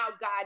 God